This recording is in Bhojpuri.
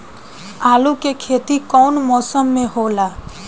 आलू के खेती कउन मौसम में होला?